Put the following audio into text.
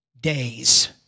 days